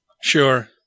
Sure